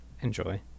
enjoy